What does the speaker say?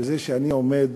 בזה שאני עומד